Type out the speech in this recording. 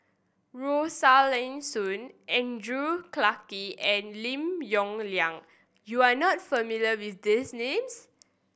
Rosaline Soon Andrew Clarke and Lim Yong Liang you are not familiar with these names